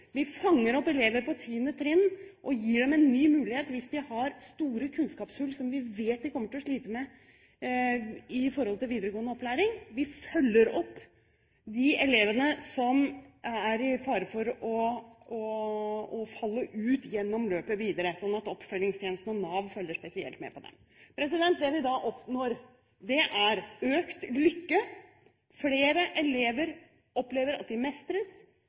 Vi fanger opp elever på 10. trinn og gir dem en ny mulighet hvis de har store kunnskapshull som vi vet de kommer til å slite med i videregående opplæring. Vi følger opp de elevene som står i fare for å falle ut gjennom løpet videre, slik at oppfølgingstjenesten og Nav følger spesielt med på dem. Det vi da oppnår, er: økt lykke – flere elever opplever at de